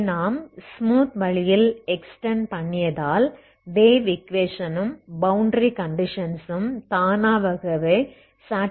இதை நாம் ஸ்மூத் வழியில் எக்ஸ்டெண்ட் பண்ணியதால் வேவ் ஈக்வேஷனும் பௌண்டரி கண்டிஷன்சும் தானாகவே சாடிஸ்பை அடைந்துள்ளது